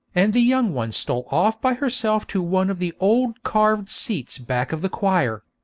and the young one stole off by herself to one of the old carved seats back of the choir.